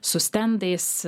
su stendais